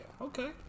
Okay